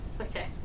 okay